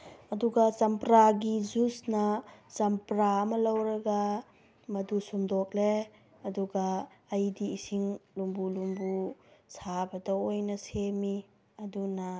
ꯑꯗꯨꯒ ꯆꯝꯄ꯭ꯔꯥꯒꯤ ꯖꯨꯁꯅ ꯆꯝꯄ꯭ꯔꯥ ꯑꯃ ꯂꯧꯔꯒ ꯃꯗꯨ ꯁꯨꯝꯗꯣꯛꯂꯦ ꯑꯗꯨꯒ ꯑꯩꯗꯤ ꯏꯁꯤꯡ ꯂꯨꯝꯕꯨ ꯂꯨꯝꯕꯨ ꯁꯥꯕꯗ ꯑꯣꯏꯅ ꯁꯦꯝꯃꯤ ꯑꯗꯨꯅ